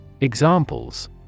Examples